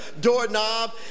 doorknob